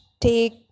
take